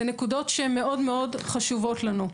זה נקודות שהן מאוד מאוד חשובות לנו.